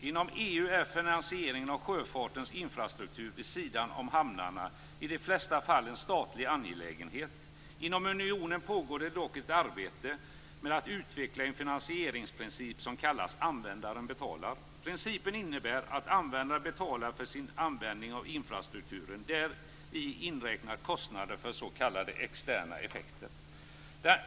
Inom EU är finansieringen av sjöfartens infrastruktur, vid sidan om hamnarna, i de flesta fall en statlig angelägenhet. Inom unionen pågår det dock ett arbete med att utveckla en finansieringsprincip som kallas "användaren betalar". Principen innebär att användaren betalar för sin användning av infrastrukturen - däri inräknat kostnader för s.k. externa effekter.